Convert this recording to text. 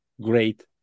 great